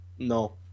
No